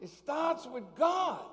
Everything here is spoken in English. it starts with god